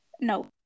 No